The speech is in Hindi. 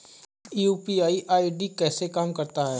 यू.पी.आई आई.डी कैसे काम करता है?